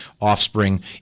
offspring